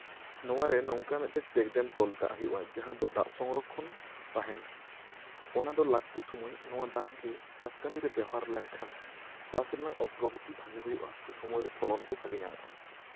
ᱱᱚᱣᱟᱨᱮ ᱱᱚᱝᱠᱟ ᱢᱤᱫᱴᱟᱝ ᱪᱮᱠᱰᱮᱢ ᱛᱚᱞ ᱦᱩᱭᱩᱜᱼᱟ ᱡᱟᱦᱟᱸ ᱫᱚ ᱫᱟᱜ ᱥᱚᱝᱨᱚᱠᱠᱷᱚᱱ ᱚᱱᱟ ᱫᱚ ᱞᱟᱹᱠᱛᱤ ᱥᱚᱢᱚᱭ ᱱᱚᱣᱟ ᱫᱟᱜ ᱜᱮ ᱪᱟᱥ ᱠᱟᱹᱢᱤᱨᱮ ᱵᱮᱣᱦᱟᱨ ᱞᱮᱱᱠᱷᱟᱱ ᱪᱟᱥ ᱨᱮᱱᱟᱜ ᱚᱜᱨᱚᱜᱚᱛᱤ ᱵᱷᱟᱹᱜᱤ ᱦᱩᱭᱩᱜᱼᱟ ᱥᱮ ᱥᱚᱢᱚᱭᱨᱮ ᱯᱷᱚᱞᱚᱱ ᱠᱚ ᱵᱷᱟᱜᱮ ᱧᱟᱢᱚᱜᱼᱟ